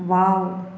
wow